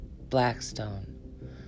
Blackstone